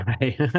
right